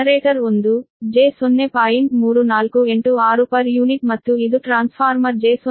3486 per unit ಮತ್ತು ಇದು transformer j0